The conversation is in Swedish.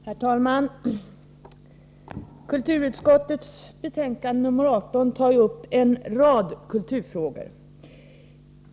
Herr talman! Kulturutskottets betänkande 18 tar upp en rad kulturfrågor.